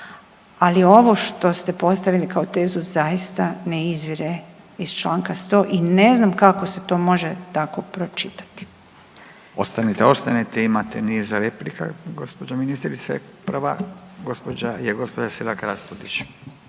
Ali ovo što ste postavili kao tezu zaista ne izvire iz članka 100. I ne znam kako se to može tako pročitati. **Radin, Furio (Nezavisni)** Ostanite, ostanite imate niz replika gospođo ministrice. Prva je gospođa Selak Raspudić.